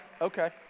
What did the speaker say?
okay